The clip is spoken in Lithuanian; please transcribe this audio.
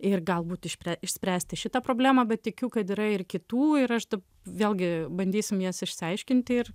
ir galbūt išpre išspręsti šitą problemą bet tikiu kad yra ir kitų ir aš vėlgi bandysim jas išsiaiškinti ir